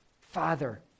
Father